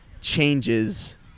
changes